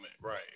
right